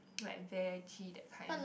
like veggie that kind